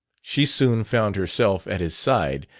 she soon found herself at his side,